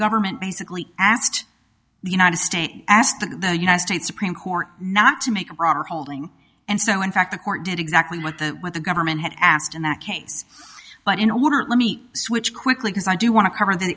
government basically asked the united states asked the united states supreme court not to make a broader holding and so in fact the court did exactly what the what the government had asked in that case but in order let me switch quickly because i do want to cover th